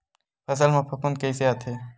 फसल मा फफूंद कइसे आथे?